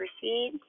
proceed